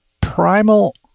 primal